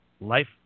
Life